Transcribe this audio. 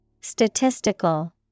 Statistical